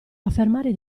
affermare